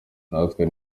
ntawe